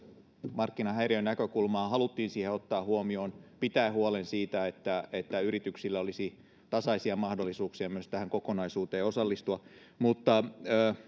markkinahäiriön näkökulmaa haluttiin ottaa huomioon pitää huoli siitä että että yrityksillä olisi tasaisia mahdollisuuksia myös tähän kokonaisuuteen osallistua